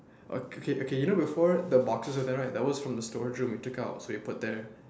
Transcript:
okay okay you know before the boxes where there that was from the store room so we took out and put there